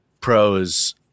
pros